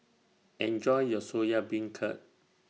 Enjoy your Soya Beancurd